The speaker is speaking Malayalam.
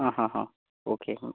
ആ ഹാ ഹാ ഓക്കെ ഹം